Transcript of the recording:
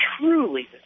truly